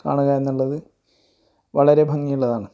കാണുകാ എന്നുള്ളത് വളരെ ഭംഗിയുള്ളതാണ്